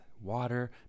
water